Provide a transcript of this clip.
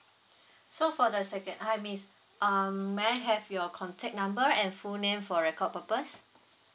so for the second hi miss um may I have your contact number and full name for record purpose